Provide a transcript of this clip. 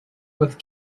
with